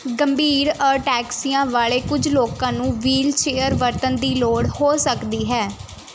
ਗੰਭੀਰ ਅਟੈਕਸੀਆ ਵਾਲੇ ਕੁੱਝ ਲੋਕਾਂ ਨੂੰ ਵ੍ਹੀਲ ਚੇਅਰ ਵਰਤਣ ਦੀ ਲੋੜ ਹੋ ਸਕਦੀ ਹੈ